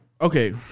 okay